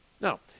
Now